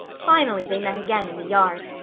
finally they met again in the yard.